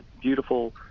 beautiful